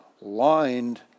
lined